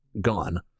gone